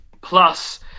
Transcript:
Plus